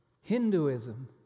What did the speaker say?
Hinduism